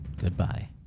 Goodbye